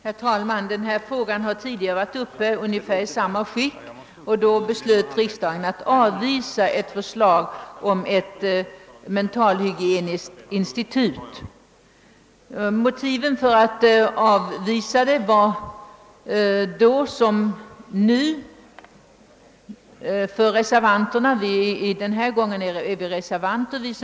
Herr talman! Den fråga vi nu skall behandla har i ungefär samma skick behandlats tidigare här i kammaren. Då beslöt riksdagen att avvisa ett förslag om inrättande av ett mentalhygieniskt institut. Vi som anser att ett sådant institut inte bör inrättas nu är denna gång reservanter.